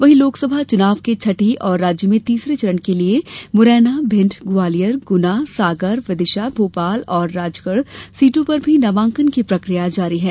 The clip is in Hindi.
वहीं लोकसभा चुनाव के छठे और राज्य में तीसरे चरण के लिए मुरैना भिंड ग्वालियर गुना सागर विदिशा भोपाल और राजगढ़ सीटों पर भी नामांकन की प्रक्रिया जारी है